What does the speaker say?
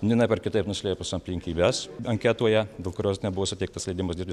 vienaip ar kitaip nuslėpus aplinkybes anketoje dėl kurios nebuvo suteiktas leidimas dirbti